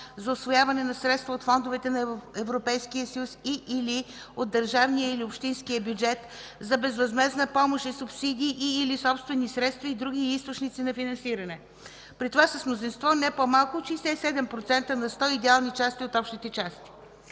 за усвояване на средства от фондовете на Европейския съюз и/или от държавния или общинския бюджет, за безвъзмездна помощ и субсидии и/или собствени средства или други източници на финансиране, при това с мнозинство не по-малко от 67 на сто идеални части от общите части?